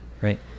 right